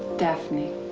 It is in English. daphne.